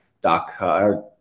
Doc